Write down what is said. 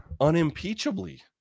unimpeachably